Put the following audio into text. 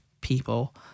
people